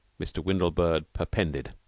mr. windlebird perpended.